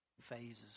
phases